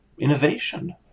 innovation